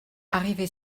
arrivé